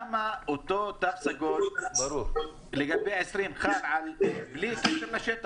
למה התו הסגול חל בלי הבחנה.